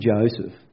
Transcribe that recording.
Joseph